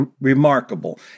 remarkable